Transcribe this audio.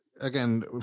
again